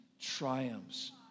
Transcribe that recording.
triumphs